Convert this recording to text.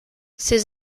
ses